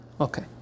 Okay